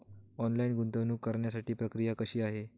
Online गुंतवणूक करण्यासाठी प्रक्रिया कशी आहे?